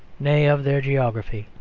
nay, of their geography.